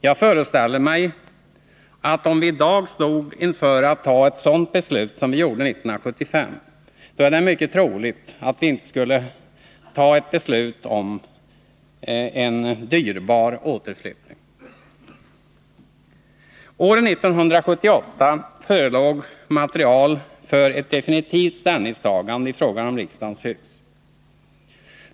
Jag föreställer mig att om vi i dag stod inför ett sådant avgörande som vi stod inför 1975, är det mycket troligt att vi inte skulle fatta ett beslut om en dyrbar återflyttning. År 1978 förelåg material för ett definitivt ställningstagande i fråga om riksdagens hus.